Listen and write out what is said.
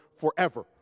forever